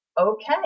okay